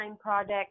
product